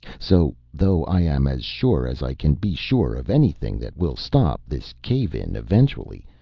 so, though i am as sure as i can be sure of anything that we'll stop this cave-in eventually,